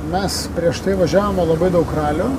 mes prieš tai važiavome labai daug ralių